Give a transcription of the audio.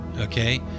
okay